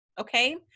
okay